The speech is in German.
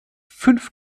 fünf